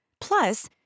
Plus